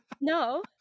no